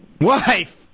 Wife